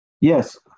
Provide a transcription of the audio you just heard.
Yes